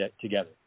together